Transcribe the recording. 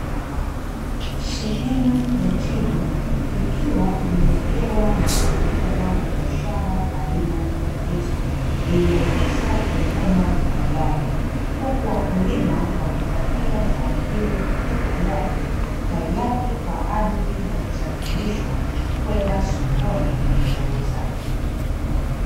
Sehenu ya chini ikiwa imewekewa na kurundikwa zao la biashara aina ya ndizi, lilikokwisha kuvunwa tayari, huku wakulima wakipakia zao hilo katika gari, tayari kwa ajili ya kusafirishwa kwenda sokoni kuuzwa.